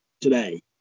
today